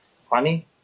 funny